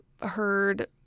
heard